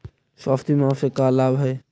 स्वास्थ्य बीमा से का लाभ है?